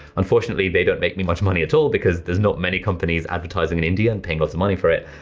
unfortunately they don't make me much money at all because there's not many companies advertising in india and paying lots of money for it.